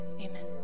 Amen